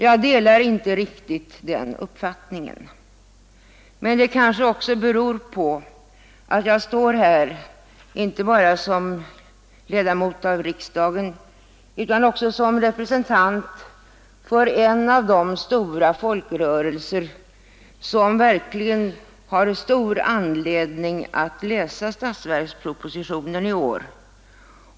Jag delar inte riktigt den uppfattningen, men det kanske beror på att jag står här inte bara som ledamot av riksdagen utan också som representant för en av de stora folkrörelser som verkligen har anledning att läsa statsverkspropositionen i år.